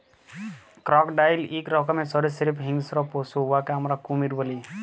crocodile ইক রকমের সরীসৃপ হিংস্র পশু উয়াকে আমরা কুমির ব্যলি